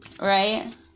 right